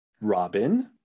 robin